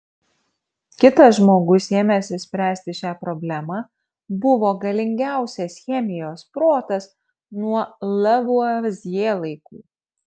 kitas žmogus ėmęsis spręsti šią problemą buvo galingiausias chemijos protas nuo lavuazjė laikų